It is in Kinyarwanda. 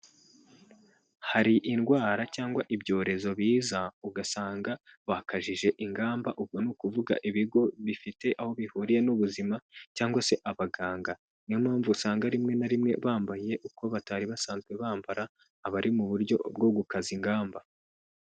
Hari indwara cyangwa ibyorezo biza, ugasanga bakajije ingamba, ubwo ni ukuvuga ibigo bifite aho bihuriye n'ubuzima cyangwa se abaganga, niyo mpamvu usanga rimwe na rimwe bambaye uko batari basanzwe bambara, aba ari mu buryo bwo gukaza ingamba.